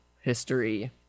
history